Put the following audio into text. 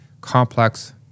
complex